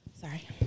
Sorry